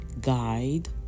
guide